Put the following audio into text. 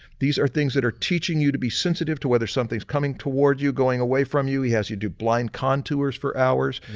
these are things that are teaching you to be sensitive to whether something's coming towards you, going away from you, he has you do blind contours for hours.